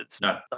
No